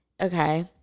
okay